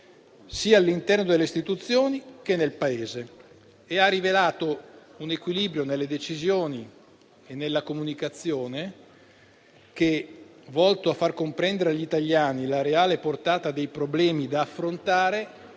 sia all'interno delle istituzioni che nel Paese, e ha rivelato un equilibrio nelle decisioni e nella comunicazione che, volto a far comprendere agli italiani la reale portata dei problemi da affrontare,